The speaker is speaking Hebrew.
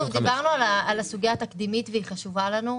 דיברנו על הסוגיה התקדימית והיא חשובה לנו.